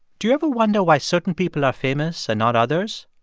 do you ever wonder why certain people are famous and not others?